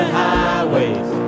highways